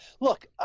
Look